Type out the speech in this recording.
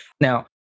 Now